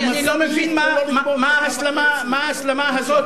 ההסלמה הזאת